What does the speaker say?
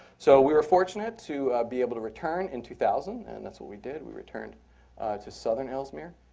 so we were fortunate to be able to return in two thousand. and that's what we did. we returned to southern ellesmere